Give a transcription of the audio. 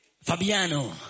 Fabiano